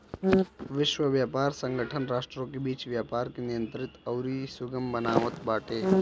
विश्व व्यापार संगठन राष्ट्रों के बीच व्यापार के नियंत्रित अउरी सुगम बनावत बाटे